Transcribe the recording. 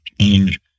change